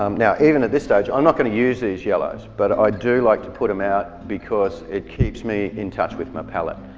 um now even at this stage i'm not going to use these yellows, but i do like to put them out because it keeps me in touch with my palette.